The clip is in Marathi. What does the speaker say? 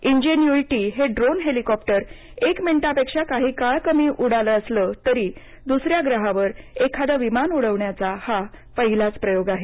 इन्जेन्यूईटी हे ड्रोन हेलिकॉप्टर एक मिनिटापेक्षा काही कमी काळ उडालं असलं तरी दुसऱ्या ग्रहावर एखादं विमान उडवण्याचा हा पहिलाच प्रयोग आहे